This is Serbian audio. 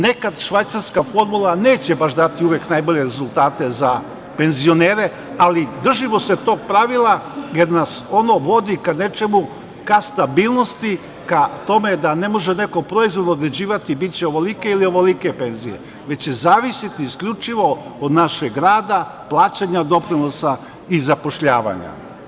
Nekad švajcarska formula neće baš dati uvek najbolje rezultate za penzionere, ali, držimo se tog pravila jer nas ono vodi ka nečemu, ka stabilnosti, ka tome da ne može neko proizvoljno određivati da će biti ovoliko ili onolike penzije, već će zavisiti isključivo od našeg rada, plaćanja doprinosa i zapošljavanja.